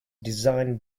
designed